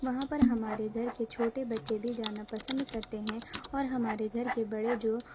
وہاں پر ہمارے گھر کے چھوٹے بچے بھی جانا پسند کرتے ہیں اور ہمارے گھر کے بڑے جو